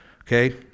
Okay